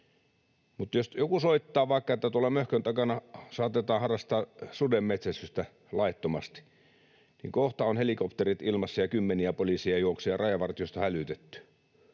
Mutta jos joku soittaa vaikka, että tuolla Möhkön takana saatetaan harrastaa suden metsästystä laittomasti, niin kohta on helikopterit ilmassa ja kymmeniä poliiseja juoksee ja Rajavartiosto hälytetty.